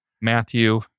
Matthew